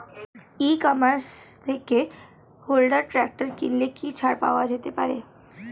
ই commerce থেকে Honda tractor কিনলে কি ছাড় পাওয়া যেতে পারে?